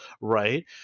right